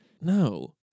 No